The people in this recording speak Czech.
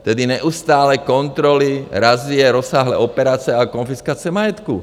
Tedy neustálé kontroly, razie, rozsáhlé operace a konfiskace majetku.